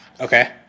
Okay